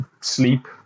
sleep